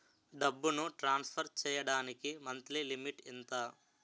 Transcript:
డబ్బును ట్రాన్సఫర్ చేయడానికి monthly limit ఎంత?